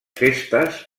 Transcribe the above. festes